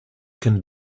can